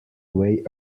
way